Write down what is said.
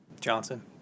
Johnson